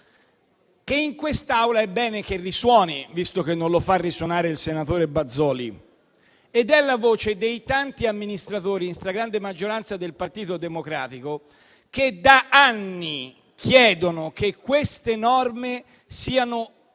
che in quest'Aula è bene che risuoni, visto che non lo fa risuonare il senatore Bazoli. È la voce dei tanti amministratori, in stragrande maggioranza del Partito Democratico, che da anni chiedono che queste norme siano